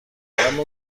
اما